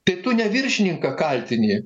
tai tu ne viršininką kaltini